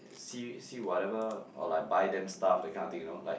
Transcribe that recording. see see whatever or like buy them stuff that kind of thing you know like